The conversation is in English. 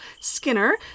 Skinner